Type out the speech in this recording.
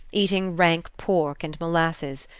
eating rank pork and molasses,